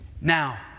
Now